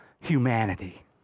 humanity